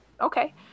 Okay